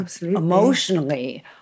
emotionally